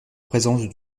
présence